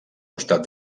costat